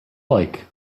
like